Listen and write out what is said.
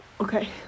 Okay